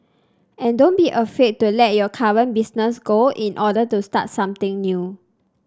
and don't be afraid to let your current business go in order to start something new